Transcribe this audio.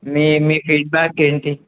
మీ మీ ఫీడ్బ్యాక్ ఏంటి